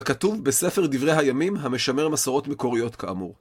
כתוב בספר דברי הימים המשמר מסורות מקוריות כאמור.